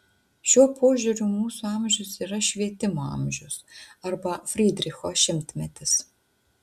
šiuo požiūriu mūsų amžius yra švietimo amžius arba frydricho šimtmetis